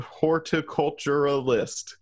horticulturalist